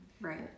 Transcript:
Right